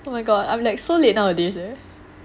oh my god I'm like so late nowadays